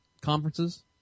conferences